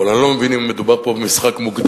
אבל אני לא מבין אם מדובר פה במשחק מוקדם